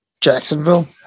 Jacksonville